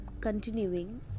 continuing